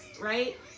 right